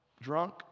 drunk